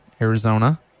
Arizona